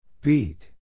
Beat